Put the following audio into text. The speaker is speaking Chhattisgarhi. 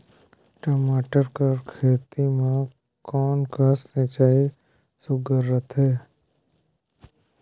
टमाटर कर खेती म कोन कस सिंचाई सुघ्घर रथे?